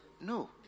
No